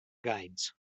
guides